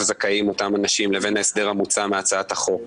זכאים אותם אנשים לבין ההסדר המוצע בהצעת החוק.